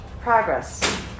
progress